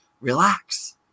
Relax